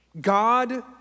God